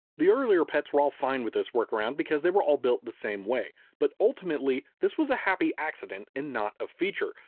the earlier pets were all fine with this workaround because they were all built the same way. but ultimately this was a happy accident and not a feature.